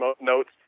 notes